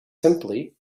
simply